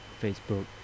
Facebook